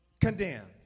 Condemned